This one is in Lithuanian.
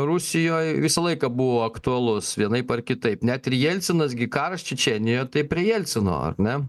rusijoj visą laiką buvo aktualus vienaip ar kitaip net ir jelcenas gi karas čečėnijoj tai prie jelcino ar ne